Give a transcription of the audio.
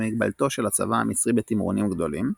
מגבלתו של הצבא המצרי בתמרונים גדולים,